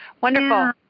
Wonderful